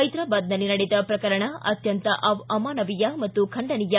ಹೈದರಾಬಾದ್ನಲ್ಲಿ ನಡೆದ ಪ್ರಕರಣ ಅತ್ಕಂತ ಅಮಾನವೀಯ ಮತ್ತು ಖಂಡನೀಯ